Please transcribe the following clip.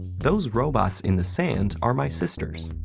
those robots in the sand are my sister's.